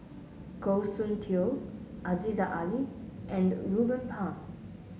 Goh Soon Tioe Aziza Ali and Ruben Pang